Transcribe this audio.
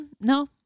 No